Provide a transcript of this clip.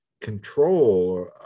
control